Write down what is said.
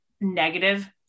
negative